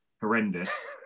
horrendous